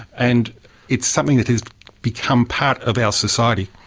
and it's something that has become part of our society.